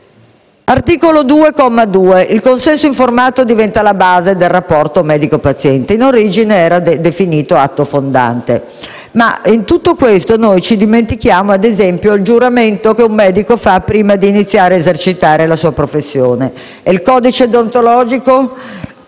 2, comma 2, il consenso informato diventa la base del rapporto tra medico e paziente. In origine era definito atto fondante. In tutto ciò dimentichiamo il giuramento che un medico fa prima di iniziare a esercitare la sua professione. Il codice deontologico